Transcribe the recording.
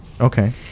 Okay